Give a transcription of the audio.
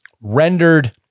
rendered